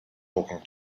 talking